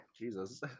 Jesus